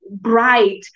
bright